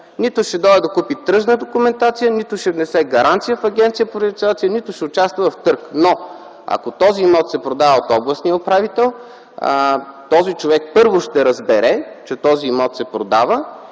нито ще дойде да купи тръжна документация, нито ще внесе гаранция в Агенцията за приватизация, нито ще участва в търг, но ако този имот се продава от областния управител, този човек, първо - ще разбере, че този имот се продава,